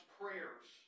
prayers